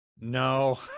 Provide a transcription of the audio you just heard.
No